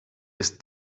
ist